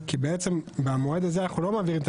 כי בעצם במועד הזה אנחנו לא מעבירים את